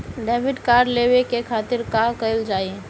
Debit card लेवे के खातिर का कइल जाइ?